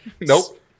Nope